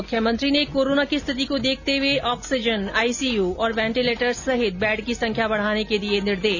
मुख्यमंत्री ने कोरोना की स्थिति को देखते हुए ऑक्सीजन आईसीयू और वेंटीलेटर्स सहित बैड की संख्या बढ़ाने के दिए निर्देश